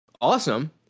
awesome